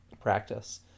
practice